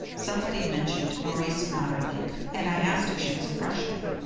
somebody mentioned maurice maeterlinck, and i asked if she was a freshman.